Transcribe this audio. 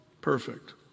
perfect